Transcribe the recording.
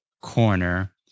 corner